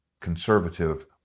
conservative